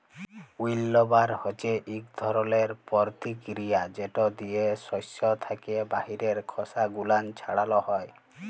উইল্লবার হছে ইক ধরলের পরতিকিরিয়া যেট দিয়ে সস্য থ্যাকে বাহিরের খসা গুলান ছাড়ালো হয়